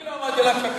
אני לא אמרתי עליו שקרן.